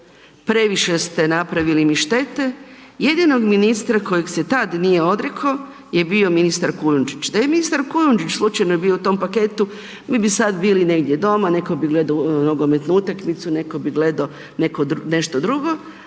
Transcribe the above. previše ste napravili mi štete, jedinog ministra kojeg se tad nije odrekao je bio ministar Kujundžić. Da je i ministar Kujundžić slučajno bio u tom paketu, mi bi sad bili negdje doma, neko bi gledao nogometnu utakmicu, neko bi gledao nešto drugo,